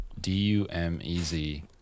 d-u-m-e-z